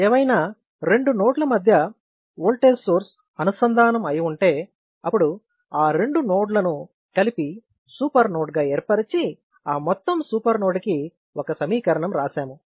ఏవైనా 2 నోడ్ ల మధ్య ఓల్టేజ్ సోర్స్ అనుసంధానం అయి ఉంటే అప్పుడు ఆ రెండు నోడ్ లను కలిపి సూపర్ నోడ్ గా ఏర్పరిచి ఆ మొత్తం సూపర్ నోడ్ కి ఒక సమీకరణం రాశాము